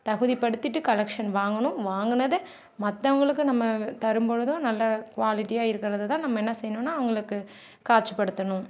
தகுதி படுத்திகிட்டு கலெக்ஷன் வாங்கணும் வாங்கினத மத்தவங்களுக்கும் நம்ம தரும் பொழுதோ நல்ல குவாலிட்டியாக இருக்கிறத தான் நம்ம என்ன செய்யணுன்னா அவங்களுக்கு காட்சிப்படுத்தணும்